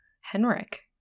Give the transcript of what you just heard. Henrik